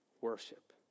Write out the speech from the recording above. worship